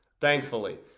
Thankfully